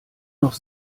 noch